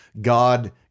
God